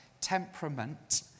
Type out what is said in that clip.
temperament